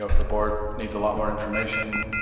ah the board needs a lot more information,